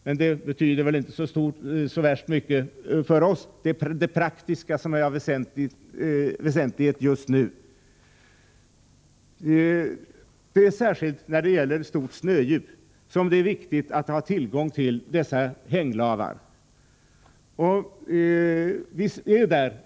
Men det betyder väl inte så värst mycket för oss — det är det praktiska som är av betydelse just nu. Särskilt vid stort snödjup är det viktigt att ha tillgång till dessa hänglavar.